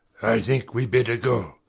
i think we'd better go.